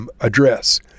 address